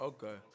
Okay